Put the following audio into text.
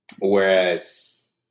whereas